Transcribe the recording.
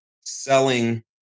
selling